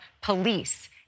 police